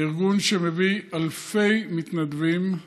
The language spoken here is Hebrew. זה ארגון שמביא אלפי מתנדבים,